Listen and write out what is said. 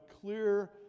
clear